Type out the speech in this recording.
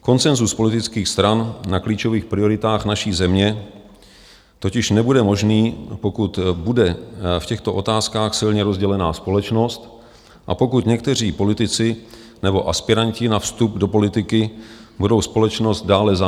Konsenzus politických stran na klíčových prioritách naší země totiž nebude možný, pokud bude v těchto otázkách silně rozdělená společnost a pokud někteří politici nebo aspiranti na vstup do politiky budou společnost dále záměrně rozdělovat.